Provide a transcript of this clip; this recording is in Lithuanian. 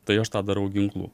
tai aš tą darau ginklu